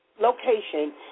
location